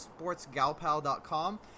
sportsgalpal.com